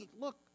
look